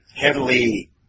heavily